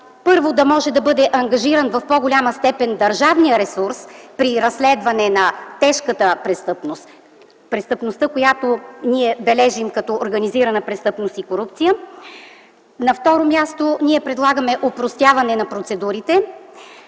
Първо, да може да бъде ангажиран в по-голяма степен държавният ресурс при разследване на тежката престъпност – престъпността, която ние бележим като организирана престъпност и корупция. На второ място, ние предлагаме опростяване на процедурите.